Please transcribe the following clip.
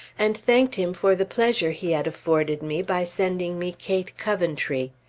and thanked him for the pleasure he had afforded me by sending me kate coventry.